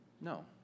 No